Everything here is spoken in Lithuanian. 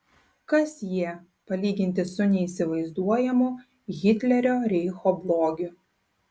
kas jie palyginti su neįsivaizduojamu hitlerio reicho blogiu